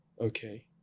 okay